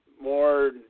more